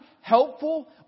helpful